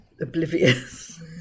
oblivious